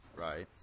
Right